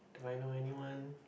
do I know anyone